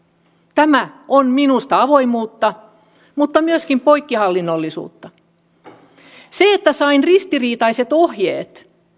tämä on minusta avoimuutta mutta myöskin poikkihallinnollisuutta siitä kannan vastuuta varmasti että sain ristiriitaiset ohjeet